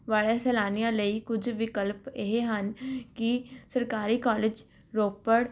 ਵਾਲੇ ਸੈਲਾਨੀਆਂ ਲਈ ਕੁਝ ਵਿਕਲਪ ਇਹ ਹਨ ਕਿ ਸਰਕਾਰੀ ਕਾਲਜ ਰੋਪੜ